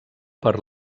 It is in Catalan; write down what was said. per